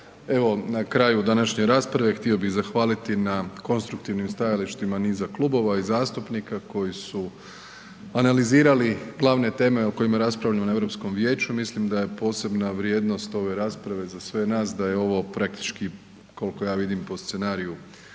Evo na kraju današnje rasprave htio bih zahvaliti na konstruktivnim stajalištima niza klubova i zastupnika koji su analizirali glavne teme o kojima raspravljamo na Europskom vijeću. Mislim da je posebna vrijednost ove rasprave za sve nas da je ovo praktički koliko ja vidim po scenariju